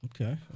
Okay